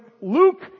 Luke